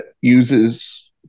uses